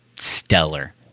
stellar